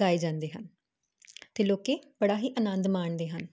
ਗਾਏ ਜਾਂਦੇ ਹਨ ਤੇ ਲੋਕੀ ਬੜਾ ਹੀ ਆਨੰਦ ਮਾਣਦੇ ਹਨ